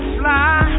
fly